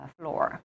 floor